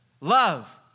love